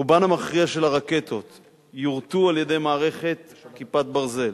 רובן המכריע של הרקטות יורטו על-ידי מערכת "כיפת ברזל".